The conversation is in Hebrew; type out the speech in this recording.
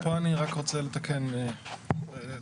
תומר, פה אני רוצה לתקן אותך.